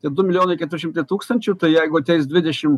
tai du milijonai keturi šimtai tūkstančių tai jeigu ateis dvidešim